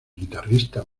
guitarrista